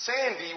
Sandy